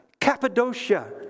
Cappadocia